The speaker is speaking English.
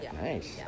Nice